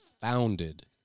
founded